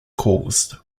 caused